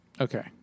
Okay